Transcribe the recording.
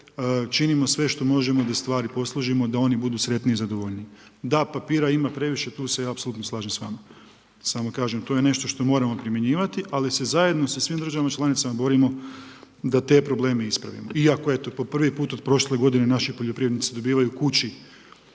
činimo sve što možemo da stvari posložimo, da oni budu sretni i zadovoljniji. Da, papira ima previše, tu se ja apsolutno slažem s vama. Samo kažem, to je nešto što moramo primjenjivati, ali se zajedno sa svim državama članicama borimo da te probleme ispravimo. Iako eto, po prvi put od prošle godine naši poljoprivrednici dobivaju kući